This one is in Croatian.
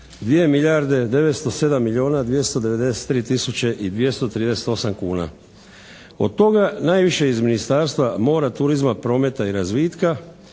tisuće i 238 kuna. Od toga najviše iz Ministarstva mora, turizma, prometa i razvitka